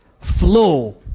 Flow